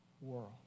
world